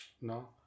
No